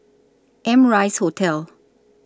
Amrise Hotel